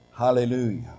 Hallelujah